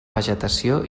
vegetació